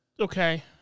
Okay